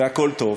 והכול טוב.